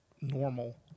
normal